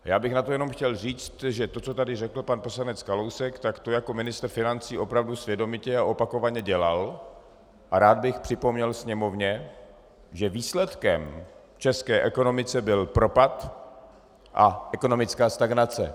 Jen bych na to chtěl říct, že to, co tady řekl pan poslanec Kalousek, tak to jako ministr financí opravdu svědomitě a opakovaně dělal, a rád bych připomněl Sněmovně, že výsledkem v české ekonomice byl propad a ekonomická stagnace.